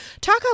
Talk